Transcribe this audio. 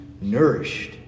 nourished